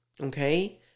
Okay